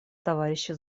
товарища